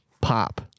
pop